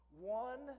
one